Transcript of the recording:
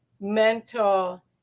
mental